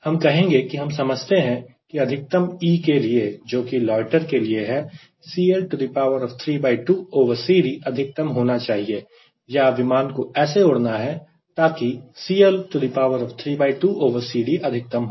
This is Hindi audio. हम कहेंगे कि हम समझते हैं कि अधिकतम E के लिए जोकि लोयटर के लिए है CL32CD अधिकतम होना चाहिए या विमान को ऐसे उड़ाना है ताकि CL32CD अधिकतम हो